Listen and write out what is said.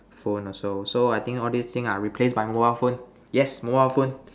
phone also so I think all these things are replaced by mobile phone yes mobile phone